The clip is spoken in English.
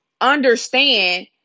understand